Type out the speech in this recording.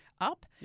up